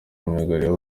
myugariro